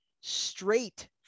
Straight